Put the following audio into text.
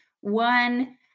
one